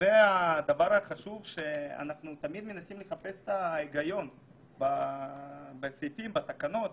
אנחנו תמיד מנסים לחפש היגיון בסעיפים ובתקנות.